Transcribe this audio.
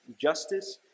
justice